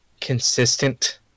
consistent